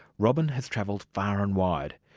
robyn has travelled far and wide,